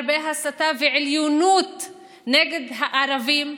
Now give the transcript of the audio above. הרבה הסתה ועליונות נגד הערבים,